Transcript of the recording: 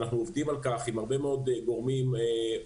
ואנחנו עובדים על כך עם הרבה מאוד גורמים מהתעשייה